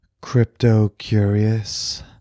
crypto-curious